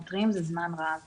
אנחנו מתריעים זה זמן רב